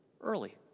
early